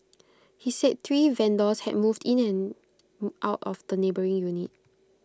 he said three vendors had moved in and out of the neighbouring unit